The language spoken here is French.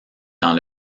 dans